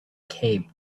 cape